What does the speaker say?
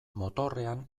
motorrean